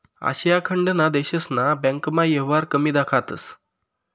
आशिया खंडना देशस्मा बँकना येवहार कमी दखातंस